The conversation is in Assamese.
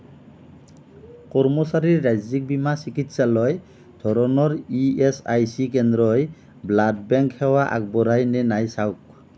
কৰ্মচাৰীৰ ৰাজ্যিক বীমা চিকিৎসালয় ধৰণৰ ইএচআইচি কেন্দ্ৰই ব্লাড বেংক সেৱা আগবঢ়ায় নে নাই চাওক